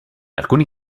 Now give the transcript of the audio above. alcuni